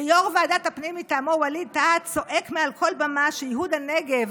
ויו"ר ועדת הפנים מטעמו ווליד טאהא צועק מעל כל במה שייהוד הנגב